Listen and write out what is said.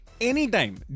anytime